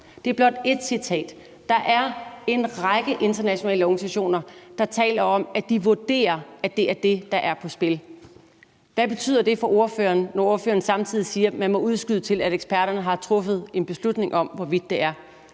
Det er blot ét citat. Der er en række internationale organisationer, der taler om, at de vurderer, at det er det, der er på spil. Hvad betyder det for ordføreren, når ordføreren samtidig siger, at man må udskyde til, at eksperterne har truffet en beslutning om, hvorvidt det er